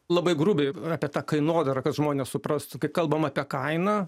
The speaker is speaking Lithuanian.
labai grubiai apie tą kainodarą kad žmonės suprastų kai kalbam apie kainą